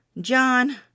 John